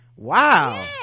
wow